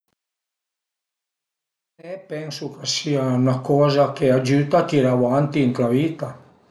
E pensu ch'a sia 'na coza che agiüta a tiré avanti ën la vita